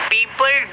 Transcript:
People